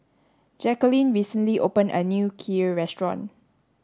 Jackeline recently opened a new Kheer restaurant